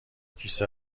کیسه